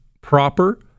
proper